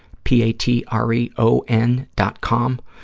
p a t r e o n dot com,